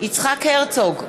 יצחק הרצוג,